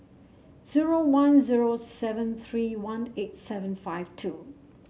zero one zero seven three one eight seven five two